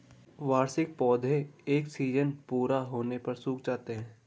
वार्षिक पौधे एक सीज़न पूरा होने पर सूख जाते हैं